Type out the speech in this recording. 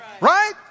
Right